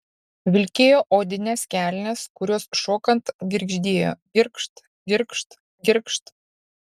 vilkėjo odines kelnes kurios šokant girgždėjo girgžt girgžt girgžt